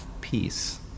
peace